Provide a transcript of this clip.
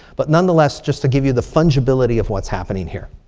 but nonetheless, just to give you the fungibility of what's happening here.